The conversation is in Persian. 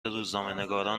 روزنامهنگاران